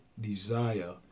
desire